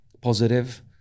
positive